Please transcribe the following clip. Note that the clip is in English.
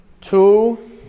Two